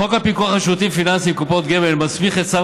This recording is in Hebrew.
חוק הפיקוח על שירותים פיננסיים (קופות גמל) מסמיך את שר